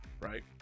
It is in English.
right